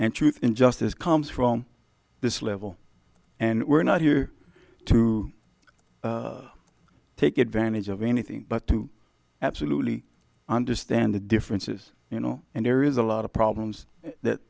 and truth in justice comes from this level and we're not here to take advantage of anything but to absolutely understand the differences you know and there is a lot of problems that